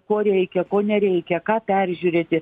ko reikia ko nereikia ką peržiūrėti